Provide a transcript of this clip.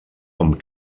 amb